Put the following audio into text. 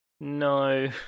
no